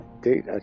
Date